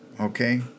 okay